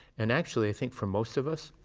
and actually, i think for most of us,